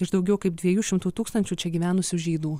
iš daugiau kaip dviejų šimtų tūkstančių čia gyvenusių žydų